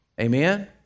Amen